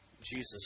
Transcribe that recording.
Jesus